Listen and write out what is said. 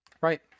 Right